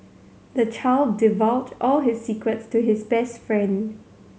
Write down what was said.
the child divulged all his secrets to his best friend